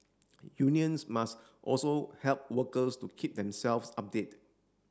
unions must also help workers to keep themselves update